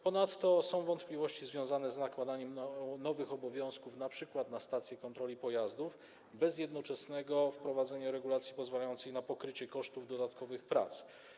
Ponadto są wątpliwości związane z nakładaniem nowych obowiązków np. na stacje kontroli pojazdów bez jednoczesnego wprowadzenia regulacji pozwalającej na pokrycie kosztów dodatkowych prac.